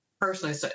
personally